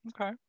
Okay